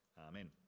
Amen